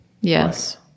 Yes